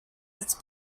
its